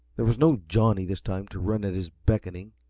there was no johnny this time to run at his beckoning.